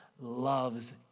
loves